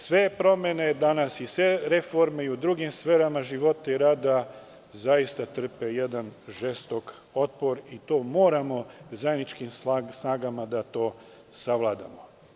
Sve promene danas i sve reforme i u drugim sferama života i rada zaista trpe jedan žestok otpor i to moramo zajedničkim snagama da to savladamo.